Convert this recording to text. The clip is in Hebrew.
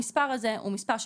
המספר הזה הוא מספר,